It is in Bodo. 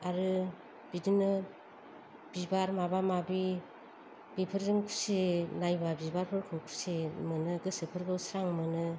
आरो बिदिनो बिबार माबा माबि बेफोरजों खुसि नायबा बिबारफोरखौ खुसि मोनो गोसोफोरखौ स्रां मोनो